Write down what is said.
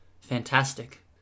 Fantastic